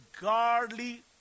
godly